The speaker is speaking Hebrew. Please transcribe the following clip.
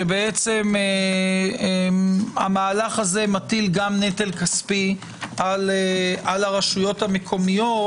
שהמהלך הזה בעצם מטיל גם נטל כספי על הרשויות המקומיות